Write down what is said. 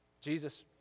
Jesus